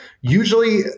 usually